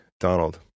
Donald